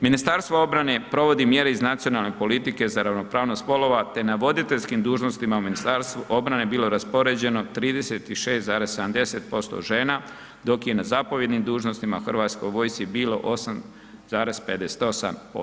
Ministarstvo obrane provodi mjere iz Nacionalne politike za ravnopravnost spolova te na voditeljskim dužnostima u Ministarstvu obrane bilo raspoređeno 36,70% žena dok je na zapovjednim dužnostima u Hrvatskoj vojsci bilo 8,58%